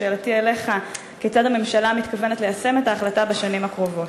שאלתי אליך: כיצד הממשלה מתכוונת ליישם את ההחלטה בשנים הקרובות?